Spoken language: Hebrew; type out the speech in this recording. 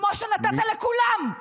כמו שנתת לכולם.